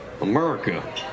America